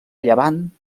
llevant